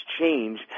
change